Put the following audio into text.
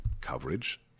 coverage